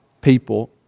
people